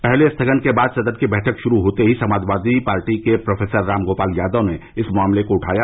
पहले स्थगन के बाद सदन की बैठक शुरू होते ही समाजवादी पार्टी के प्रोफेसर रामगोपाल यादव ने इस मामले को उठाया